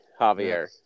Javier